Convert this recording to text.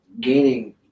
gaining